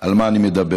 על מה אני מדבר.